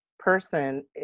Person